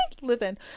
listen